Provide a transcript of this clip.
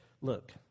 Look